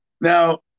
Now